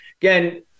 Again